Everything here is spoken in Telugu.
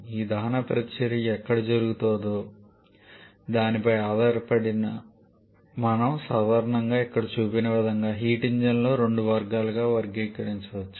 ఈ దహన ప్రతిచర్య ఎక్కడ జరుగుతుందో దానిపై ఆధారపడి మనం సాధారణంగా ఇక్కడ చూపిన విధంగా హీట్ ఇంజన్లను రెండు వర్గాలుగా వర్గీకరించవచ్చు